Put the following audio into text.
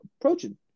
approaching